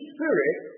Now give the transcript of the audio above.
Spirit